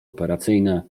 operacyjne